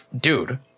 dude